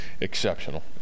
exceptional